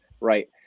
right